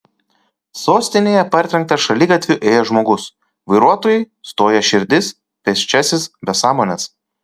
sostinėje partrenktas šaligatviu ėjęs žmogus vairuotojui stoja širdis pėsčiasis be sąmonės